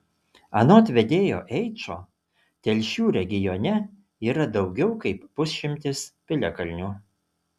anot vedėjo eičo telšių regione yra daugiau kaip pusšimtis piliakalnių